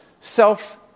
self